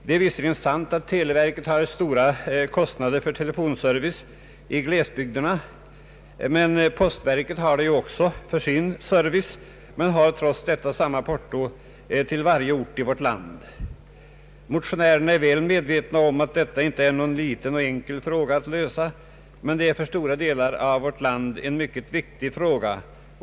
Det är visserligen sant att televerket har stora kostnader för telefonservice i glesbygderna, men postverket har det ju också för sin service, men har trots detta samma porto till varje ort i vårt land. Motionärerna är väl medvetna om att detta inte är någon liten och enkel fråga att lösa, men den är för stora delar av vårt land mycket viktig.